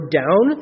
down